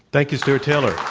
thank you, stua rt taylor.